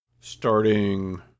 starting